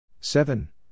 Seven